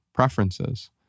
preferences